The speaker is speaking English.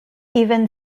even